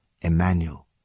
Emmanuel